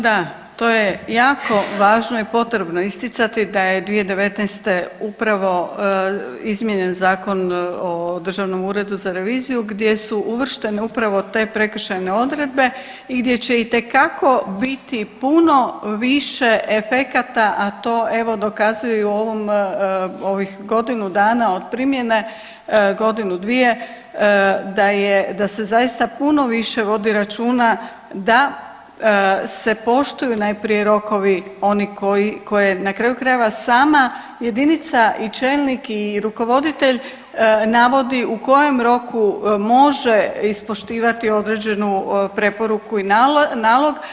Da, to je jako važno i potrebno isticati da je 2019. upravo izmijenjen Zakon o državnom uredu za reviziju gdje su uvrštene upravo te prekršajne odredbe i gdje će itekako biti puno više efekata, a to evo dokazuju i u ovom, ovih godinu dana od primjene, godinu dvije da je, da se zaista puno više vodi računa da se poštuju najprije rokovi oni koji, koje na kraju krajeva sama jedinica i čelnik i rukovoditelj navodi u kojem roku može ispoštivati određenu preporuku i nalog.